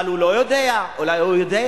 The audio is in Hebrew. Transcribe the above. אבל הוא לא יודע, אולי הוא יודע,